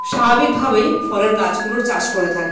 স্বাভাবিকভাবেই ফলের গাছগুলোর চাষ করে থাকি